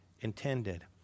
intended